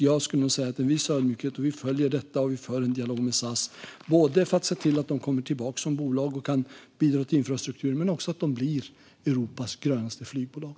Jag skulle nog säga att vi socialdemokrater följer detta och för en dialog med SAS både för att se till att de kommer tillbaka som bolag och kan bidra med infrastruktur och för att de ska bli Europas grönaste flygbolag.